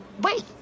Wait